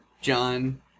John